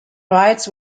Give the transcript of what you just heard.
rides